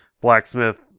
blacksmith